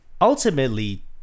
Ultimately